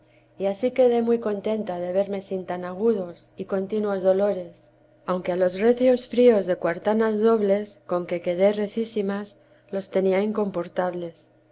y ansí quedé muy contenta de verme sin tan agudos y continos dolores aunque a los recios fríos de cuartanas dobles con que quedé recísii mós tenía incomportables